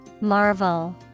Marvel